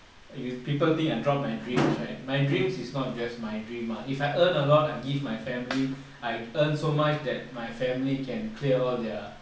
if people think I drop my dreams right my dreams is not just my dream ah if I earn a lot I give my family I earn so much that my family can clear all their